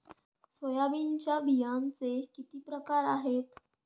सोयाबीनच्या बियांचे किती प्रकार आहेत?